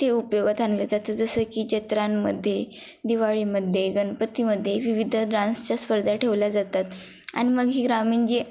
ते उपयोगात आणले जातात जसं की जत्रांमध्ये दिवाळीमध्ये गणपतीमध्ये विविध ड्रान्सच्या स्पर्धा ठेवल्या जातात आणि मग ही ग्रामीण जे